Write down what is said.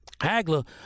Hagler